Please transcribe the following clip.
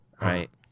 right